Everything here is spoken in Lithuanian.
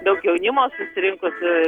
daug jaunimo susirinkusio